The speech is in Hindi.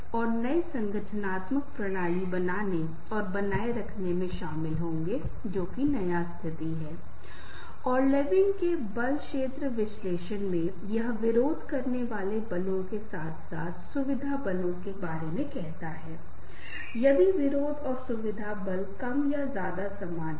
हमने कभी बातचीत नहीं की है लेकिन मानसिक रूप से हमने कुछ प्रकार के संबंध विकसित किए हैं और कुछ अन्य उदाहरण यह हो सकते हैं कि कुछ लोग कभी कभी किसी जगह पर जाते समय काल्पनिक दुनिया में होते हैं और उन्हें कुछ सुंदर चेहरे मिलते हैं और वे मानसिक रूप से किसी प्रकार का संबंध विकसित करते हैं